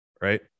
right